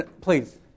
please